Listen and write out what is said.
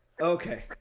okay